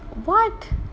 what